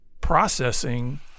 processing